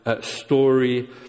Story